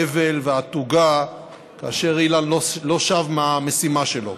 האבל והתוגה כאשר אילן לא שב מהמשימה שלו,